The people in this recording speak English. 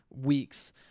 weeks